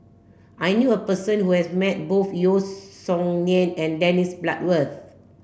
I knew a person who has met both Yeo Song Nian and Dennis Bloodworth